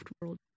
world